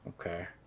Okay